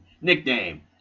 nickname